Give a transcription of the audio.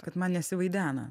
kad man nesivaidena